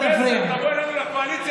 תבוא אלינו לקואליציה,